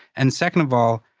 and second of all,